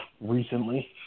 recently